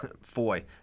Foy